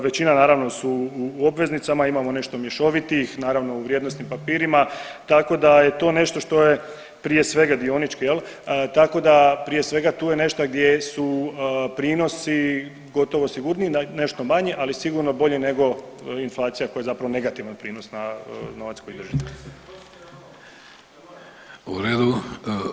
Većina naravno su u obveznicama, imamo nešto mješovitih naravno u vrijednosnim papirima, tako da je to nešto što je prije svega dioničke, tako da prije svega tu je nešto gdje su prinosi gotovo sigurniji nešto manji, ali sigurno bolji nego inflacija koja je zapravo negativan prinos na novac koji držite.